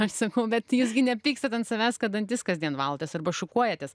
aš sakau bet jūs gi nepykstat ant savęs kad dantis kasdien valotės arba šukuojatės